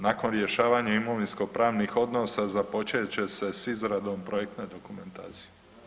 Nakon rješavanja imovinsko-pravnih odnosa započet će se s izradom projektne dokumentacije.